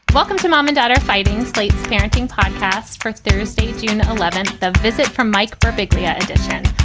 welcome to mom and dad are fighting slate's canting podcast for thursday, june eleventh. the visit from mike perfectly at.